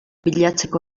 bilatzeko